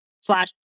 slash